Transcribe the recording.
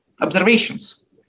observations